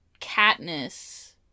Katniss